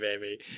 baby